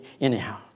Anyhow